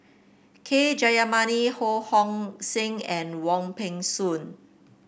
K Jayamani Ho Hong Sing and Wong Peng Soon